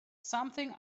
something